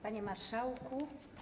Panie Marszałku!